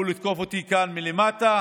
והוא תקף אותי כאן מלמטה.